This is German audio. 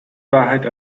wahrheit